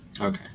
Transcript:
Okay